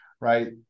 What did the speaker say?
right